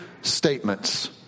statements